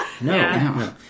No